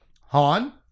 Han